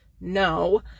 No